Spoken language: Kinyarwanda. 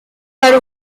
hari